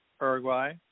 uruguay